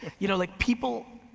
you know, like people,